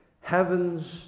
Heaven's